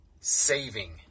saving